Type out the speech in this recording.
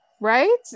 Right